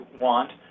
want